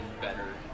better